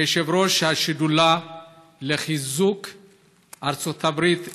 כיושב-ראש השדולה לחיזוק יחסי ארצות הברית וישראל,